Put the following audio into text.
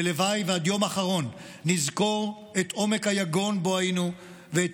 ולוואי ועד יום אחרון נזכור את עומק היגון שבו היינו ואת